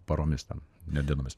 paromis ten ne dienomis